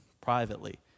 privately